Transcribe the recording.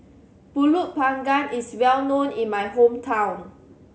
Pulut Panggang is well known in my hometown